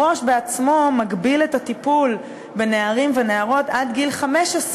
בעצמו מגביל מראש את הטיפול לנערים ונערות עד גיל 15,